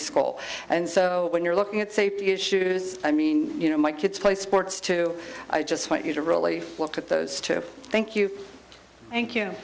school and so when you're looking at safety issues i mean you know my kids play sports too i just want you to really look at those to thank you thank you